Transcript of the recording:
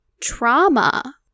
Trauma